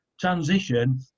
transition